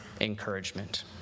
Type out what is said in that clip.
encouragement